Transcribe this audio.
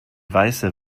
weiße